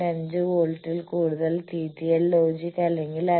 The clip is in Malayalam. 5 വോൾട്ടിൽ കൂടുതൽ TTL ലോജിക് അല്ലെങ്കിൽ അല്ല